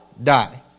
Die